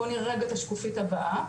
בוא נראה את השקופית הבאה.